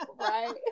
Right